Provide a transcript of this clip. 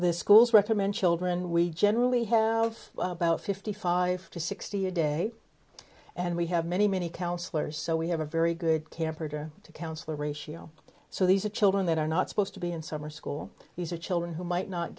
the schools recommend children we generally have about fifty five to sixty a day and we have many many counsellors so we have a very good camper to counselor ratio so these are children that are not supposed to be in summer school these are children who might not